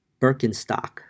Birkenstock